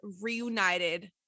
reunited